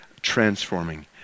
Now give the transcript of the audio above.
transforming